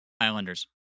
Islanders